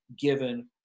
given